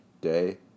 day